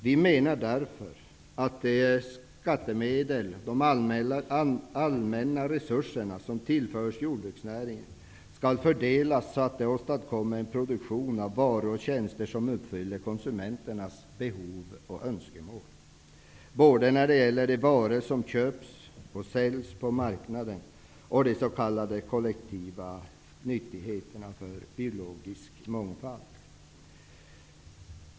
Vi menar därför att de skattemedel och de allmänna resurser som tillförs jordbruksnäringen skall fördelas så att de åstadkommer en produktion av varor och tjänster som uppfyller konsumenternas behov och önskemål både när det gäller de varor som köps och säljs på marknaden och när det gäller de s.k.